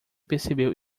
percebeu